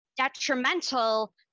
detrimental